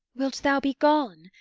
wilt thou be gone?